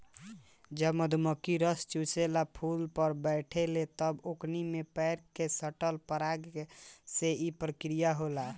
जब मधुमखी रस चुसेला फुल पर बैठे ले तब ओकनी के पैर में सटल पराग से ई प्रक्रिया होला